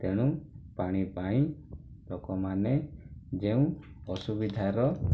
ତେଣୁ ପାଣି ପାଇଁ ଲୋକମାନେ ଯେଉଁ ଅସୁବିଧାର